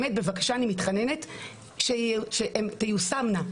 אני מתחננת שהן תיושמנה,